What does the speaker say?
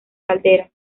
caldera